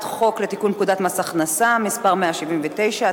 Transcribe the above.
חוק לתיקון פקודת מס הכנסה (מס' 179),